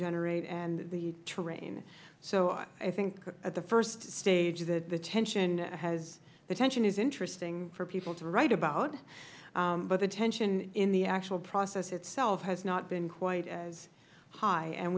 generate and the terrain so i think at the first stage that the tension has the tension is interesting for people to write about but the tension in the actual process itself has not been quite as high and